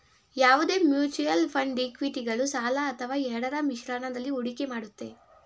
ಯಾವುದೇ mutual fund ಇಕ್ವಿಟಿಗಳು ಸಾಲ ಅಥವಾ ಎರಡರ ಮಿಶ್ರಣದಲ್ಲಿ ಹೂಡಿಕೆ ಮಾಡುತ್ತೆ